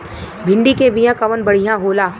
भिंडी के बिया कवन बढ़ियां होला?